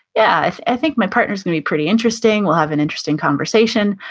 yeah, i think my partner's gonna be pretty interesting, we'll have an interesting conversation.